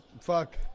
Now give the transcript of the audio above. Fuck